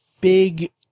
big